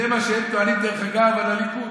זה מה שהם טוענים, דרך אגב, על הליכוד.